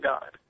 God